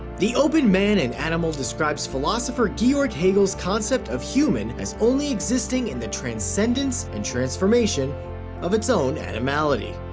the open man and animal describes philosopher georg hegel's concept of human as only existing in the transcendence and transformation of its own animality.